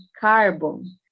carbon